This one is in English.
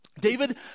David